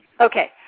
Okay